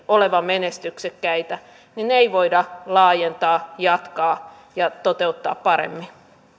olevan menestyksekkäitä ei voida laajentaa jatkaa ja toteuttaa paremmin